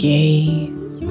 gaze